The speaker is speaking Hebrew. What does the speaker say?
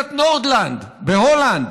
דיביזיית נורדלנד בהולנד,